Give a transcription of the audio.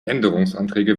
änderungsanträge